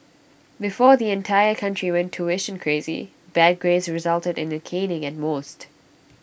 before the entire country went tuition crazy bad grades resulted in A caning at most